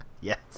Yes